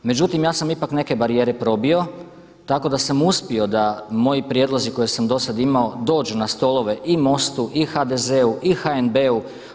Međutim, ja sam ipak neke barijere probio, tako da sam uspio da moji prijedlozi koje sam do sad imao dođu na stolove i MOST-u i HDZ-u i HNB-u.